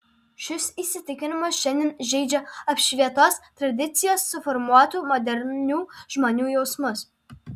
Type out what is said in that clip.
šis įsitikinimas šiandien žeidžia apšvietos tradicijos suformuotų modernių žmonių jausmus